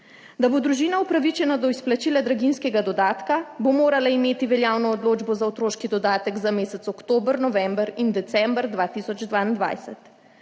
Da bo družina upravičena do izplačila draginjskega dodatka, bo morala imeti veljavno odločbo za otroški dodatek za mesec oktober, november in december 2022.